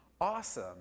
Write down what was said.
awesome